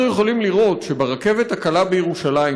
אנחנו יכולים לראות שברכבת הקלה בירושלים,